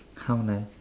how nice